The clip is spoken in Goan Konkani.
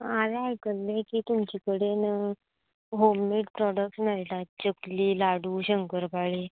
हांवें आयकल्लें की तुमचे कडेन होम मेड प्रोडाक्ट मेळटात चकली लाडू शंकर पाळी